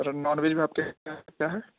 سر non veg میں آپ کے یہاں کیا کیا ہے